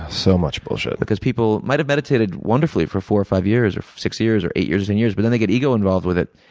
so much bullshit. because people might have meditated wonderfully for four or five years, or six years, or eight years and years but then they get ego involved with it.